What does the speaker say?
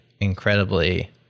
incredibly